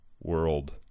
world